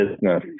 business